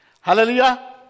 Hallelujah